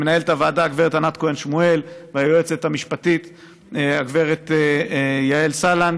למנהלת הוועדה הגב' ענת כהן שמואל והיועצת המשפטית הגב' יעל סלנט,